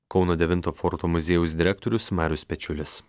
kauno devinto forto muziejaus direktorius marius pečiulis